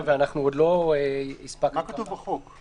ועוד לא הספקנו --- מה כתוב בחוק?